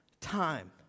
Time